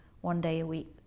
one-day-a-week